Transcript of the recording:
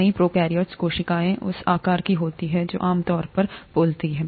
कई प्रोकैरियोटिक कोशिकाएँ उस आकार की होती हैं जो आमतौर पर बोलती हैं